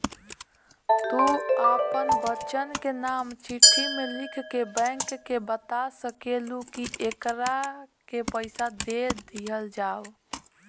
तू आपन बच्चन के नाम चिट्ठी मे लिख के बैंक के बाता सकेलू, कि एकरा के पइसा दे दिहल जाव